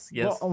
yes